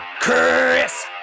Chris